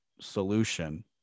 solution